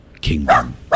Kingdom